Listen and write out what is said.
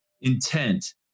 intent